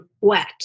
wet